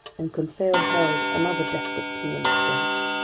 and conseil hurled another desperate plea into space.